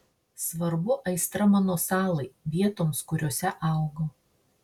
svarbu aistra mano salai vietoms kuriose augau